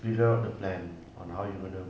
figure out the plan on how you gonna